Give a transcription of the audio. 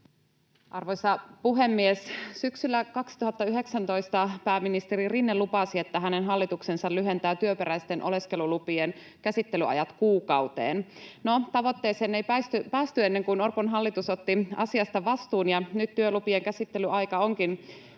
Arvoisa puhemies! Syksyllä 2019 pääministeri Rinne lupasi, että hänen hallituksensa lyhentää työperäisten oleskelulupien käsittelyajat kuukauteen. No, tavoitteeseen ei päästy ennen kuin Orpon hallitus otti asiasta vastuun, [Vasemmalta: Päästiinhän!] ja nyt työlupien käsittelyaika onkin